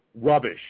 rubbish